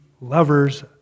lovers